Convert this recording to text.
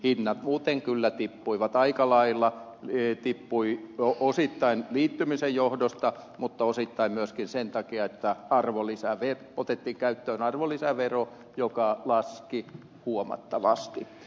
hinnat muuten kyllä tippuivat aika lailla tippuivat osittain liittymisen johdosta mutta osittain myöskin sen takia että otettiin käyttöön arvonlisävero joka laski huomattavasti